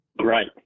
Right